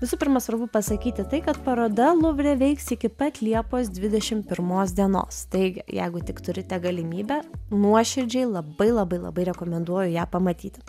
visų pirma svarbu pasakyti tai kad paroda luvre veiks iki pat liepos dvidešimt pirmos dienos taigi jeigu tik turite galimybę nuoširdžiai labai labai labai rekomenduoju ją pamatyti